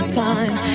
time